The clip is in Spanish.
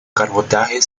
cabotaje